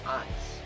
eyes